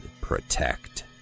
Protect